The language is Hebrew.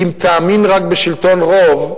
אם תאמין רק בשלטון רוב,